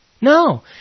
No